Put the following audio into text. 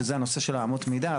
שזה הנושא של אמות המידה.